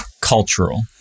cultural